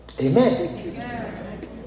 Amen